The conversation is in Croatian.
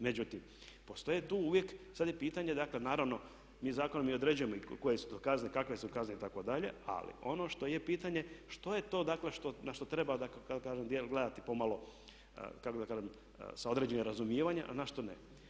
Međutim, postoje tu uvijek, sad je pitanje dakle naravno mi zakonom i određujemo koje su to kazne, kakve su kazne itd. ali ono što je pitanje, što je to dakle na što treba u pravnom djelu treba gledati pomalo kako da kažem sa određenim razumijevanjem a ne što ne.